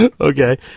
Okay